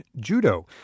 judo